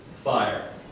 Fire